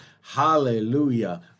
hallelujah